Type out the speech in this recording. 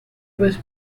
was